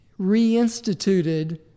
reinstituted